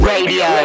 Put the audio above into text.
Radio